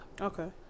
okay